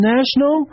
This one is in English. National